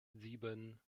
sieben